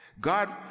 God